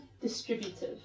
distributive